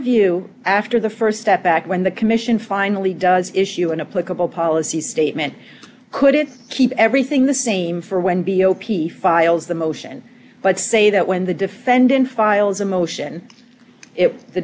view after the st step back when the commission finally does issue in a political policy statement couldn't keep everything the same for when b o p files the motion but say that when the defendant files a motion if the